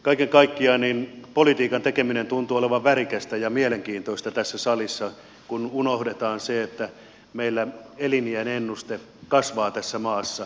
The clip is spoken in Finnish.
kaiken kaikkiaan politiikan tekeminen tuntuu olevan värikästä ja mielenkiintoista tässä salissa kun unohdetaan se että meillä eliniänennuste kasvaa tässä maassa